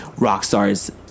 Rockstar's